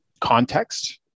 context